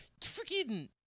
Freaking